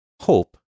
hope